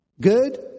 good